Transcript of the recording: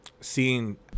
seeing